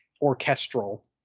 orchestral